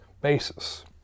basis